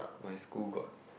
my school got